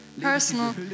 personal